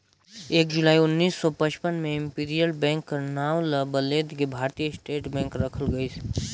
एक जुलाई उन्नीस सौ पचपन में इम्पीरियल बेंक कर नांव ल बलेद के भारतीय स्टेट बेंक रखल गइस